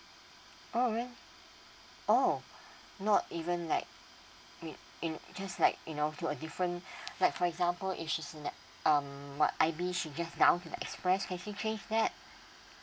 oh really oh not even like in in just like you know to a different like for example if she's in that um what I_B she gave down to the express can she change that